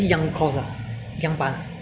!walao! 他们是同学是八年了 leh